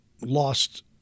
lost